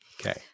Okay